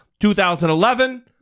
2011